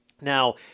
Now